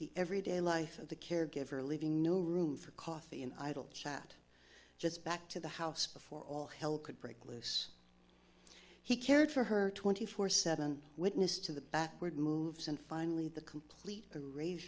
the everyday life of the caregiver leaving no room for coffee and idle chat just back to the house before all hell could break loose he cared for her twenty four seven witness to the backward moves and finally the complete